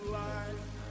life